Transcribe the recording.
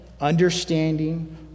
understanding